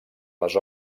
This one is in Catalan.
les